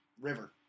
river